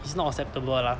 it's not acceptable lah